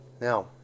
Now